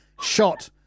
shot